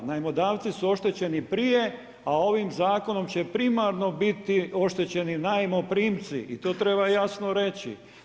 Najmodavci su oštećeni prije, a ovim zakonom će primarno biti oštećeni najmoprimci i to treba jasno reći.